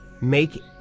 make